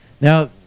Now